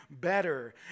better